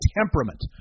temperament